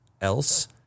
else